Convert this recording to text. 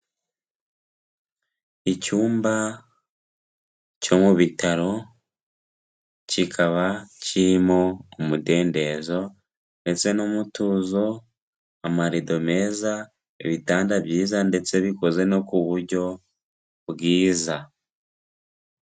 Icyumba cyo mu bitaro, kikaba kirimo umudendezo ndetse n'umutuzo, amarido meza, ibitanda byiza ndetse bikoze no ku buryo bwiza.